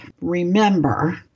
remember